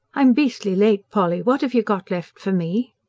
i'm beastly late, polly. what have you got left for me?